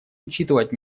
учитывать